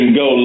go